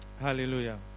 Hallelujah